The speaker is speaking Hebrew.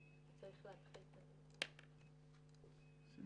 רק כדי לסבר את האוזן מדובר על תוספת של בערך עשור בשנה